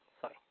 sorry